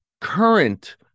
current